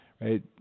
right